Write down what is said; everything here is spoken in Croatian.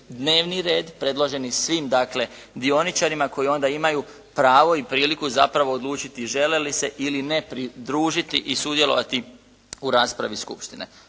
dnevni red predloženi svim dakle dioničarima koji onda imaju pravo i priliku zapravo odlučiti žele li se ili ne pridružiti ili sudjelovati u raspravi skupštine.